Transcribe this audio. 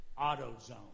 AutoZone